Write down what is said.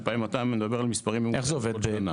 איך זה עובד?